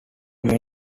many